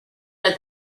that